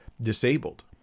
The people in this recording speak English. disabled